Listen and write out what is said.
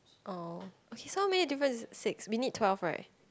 oh okay so how many difference six we need twelve right